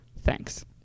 Thanks